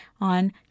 on